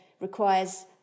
requires